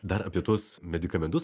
dar apie tuos medikamentus